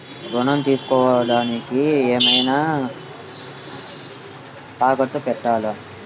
ఋణం తీసుకొనుటానికి ఏమైనా తాకట్టు పెట్టాలా?